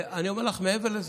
ואני אומר לך מעבר לזה,